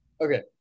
Okay